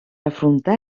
afrontar